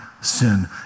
sin